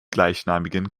gleichnamigen